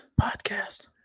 Podcast